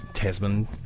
Tasman